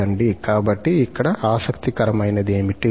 కాబట్టి ఇక్కడ ఆసక్తికరమైనది ఏమిటి